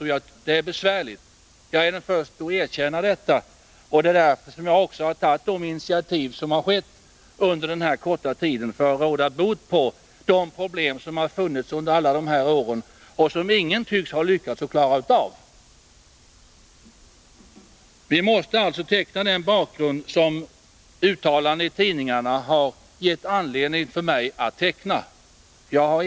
Att det är besvärligt är jag den förste att erkänna. Och det är anledningen till att jag under denna korta tid har tagit dessa initiativ för att råda bot på de problem som har funnits under alla dessa år och som ingen tycks ha lyckats klara av. Uttalanden i tidningar har alltså gett mig anledning att teckna denna bakgrund.